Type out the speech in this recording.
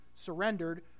surrendered